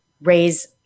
raise